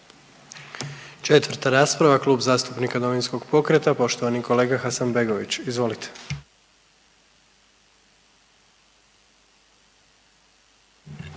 Četvrta rasprava Klub zastupnika Domovinskog pokreta poštovani kolega Hasanbegović. Izvolite.